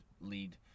lead